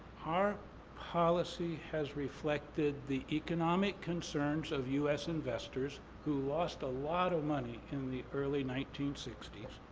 our policy has reflected the economic concerns of u s. investors who lost a lot of money in the early nineteen sixty s.